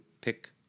pick